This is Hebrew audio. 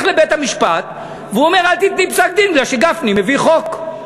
לבית-המשפט ואומר: אל תיתני פסק-דין מפני שגפני מביא חוק.